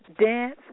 dance